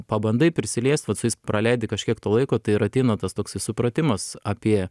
pabandai prisiliest va su jais praleidi kažkiek to laiko tai ir ateina tas toksai supratimas apie